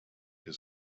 his